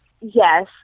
Yes